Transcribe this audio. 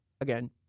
Again